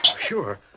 Sure